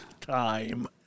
time